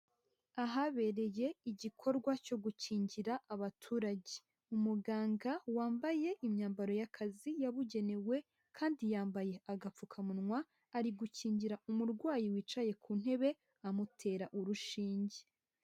Ahabereye igikorwa cyo gukingira abaturage. Umuganga wambaye imyambaro y'akazi yabugenewe kandi yambaye agapfukamunwa ari gukingira umurwayi wicaye ku ntebe amutera urushinge.